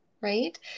right